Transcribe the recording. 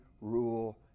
rule